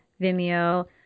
Vimeo